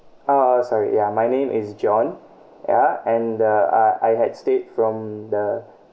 uh uh sorry yeah my name is john ya and uh I I had stayed from the